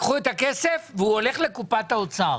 לקחו את הכסף והוא הולך לקופת האוצר.